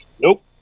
Nope